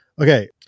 Okay